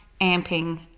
amping